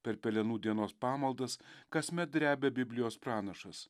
per pelenų dienos pamaldas kasmet drebia biblijos pranašas